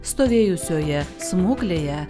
stovėjusioje smuklėje